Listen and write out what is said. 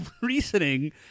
reasoning